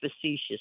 facetious